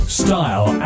style